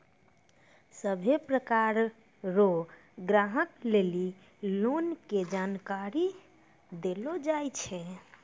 सभ्भे प्रकार रो ग्राहक लेली लोन के जानकारी देलो जाय छै